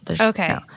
Okay